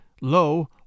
low